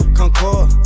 concord